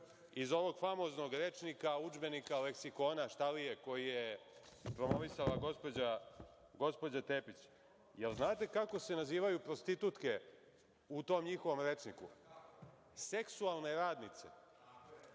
iz ovog famoznog rečnika, udžbenika, leksikona, šta li je, koji je promovisala gospođa Tepić. Da li znate kako se nazivaju prostitutke u tom njihovom rečniku? Seksualne radnice.